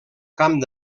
camp